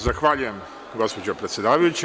Zahvaljujem, gospođo predsedavajuća.